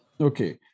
Okay